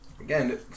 again